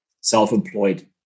self-employed